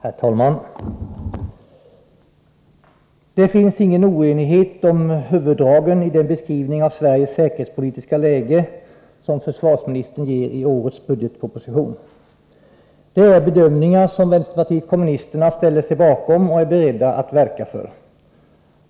Herr talman! Det finns ingen oenighet om huvuddragen i den beskrivning av Sveriges säkerhetspolitiska läge som försvarsministern ger i årets budgetproposition. Det är bedömningar som vänsterpartiet kommunisterna ställer sig bakom och är beredda att verka för.